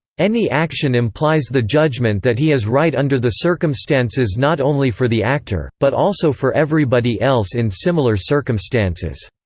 any action implies the judgment that he is right under the circumstances not only for the actor, but also for everybody else in similar circumstances.